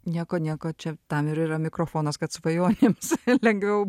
nieko nieko čia tam ir yra mikrofonas kad svajonėms lengviau